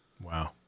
Wow